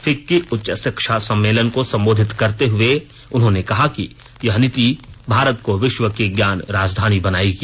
FICCI उच्च शिक्षा सम्मेलन को संबोधित करते हए उन्होंने कहा कि यह नीति भारत को विश्व की ज्ञान राजधानी बनाएगी